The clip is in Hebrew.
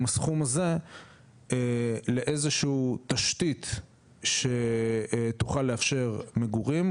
הסכום הזה לאיזושהי תשתית שתוכל לאפשר מגורים.